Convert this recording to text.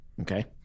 okay